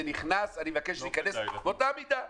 זה נכנס ואני מבקש שזה יטופל באותה מידה.